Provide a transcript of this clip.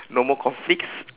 no more conflicts